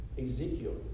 Ezekiel